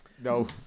no